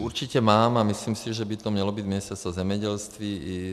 Určitě mám a myslím si, že by to mělo být Ministerstvo zemědělství.